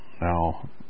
Now